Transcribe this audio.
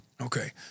okay